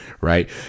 right